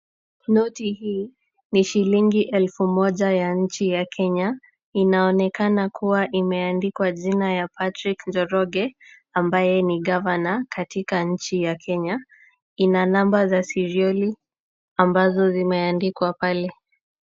Noti hii ni shilingi elfu moja ya nchi ya Kenya, inaonekana kuwa imeandikwa jina ya Patrick Njoroge ambaye ni gavana katika nchi ya Kenya. Ina namba za sirioli ambazo zimeandikwa pale.